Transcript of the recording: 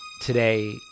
today